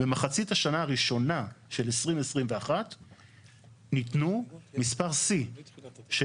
במחצית השנה הראשונה של 2021 ניתנו מספר שיא של